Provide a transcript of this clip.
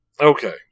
Okay